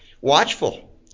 watchful